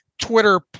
Twitter